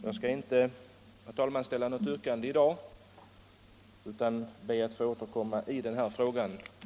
Jag skall, herr talman, inte ställa något yrkande i dag utan ber att få återkomma i denna fråga.